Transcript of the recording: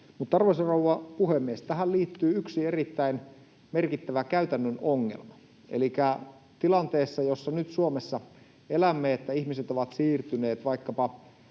arvoisa rouva puhemies, tähän liittyy yksi erittäin merkittävä käytännön ongelma. Elikkä tilanteessa, jossa nyt Suomessa elämme — että ihmiset ovat siirtyneet vaikkapa